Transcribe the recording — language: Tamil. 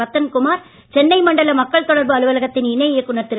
ரத்னகுமார் சென்னை மண்டல மக்கள் தொடர்பு அலுவலகத்தின் இணை இயக்குனர் திரு